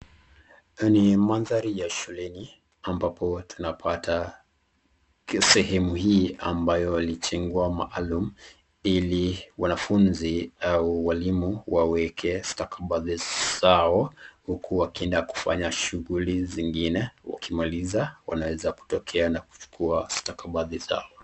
Ni maadhari ya shuleni ambapo tunapata sehemu hii ambayo ilijengwa mahali maalum ili wanafunzi au walimu waweke stakabadhi zao huku wakienda shughuli zingine wakimaliza wanaeza tokea na kuchukua stakabadhi zao.